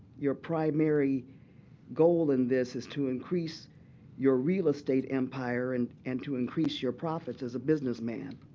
your primary goal in this is to increase your real estate empire and and to increase your profits as a business man.